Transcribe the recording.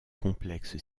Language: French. complexe